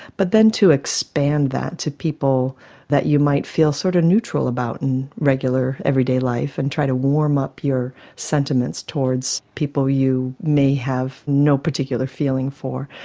but then to expand that to people that you might feel sort of neutral about in regular everyday life and try to warm up your sentiments towards people you may have no particular feeling for.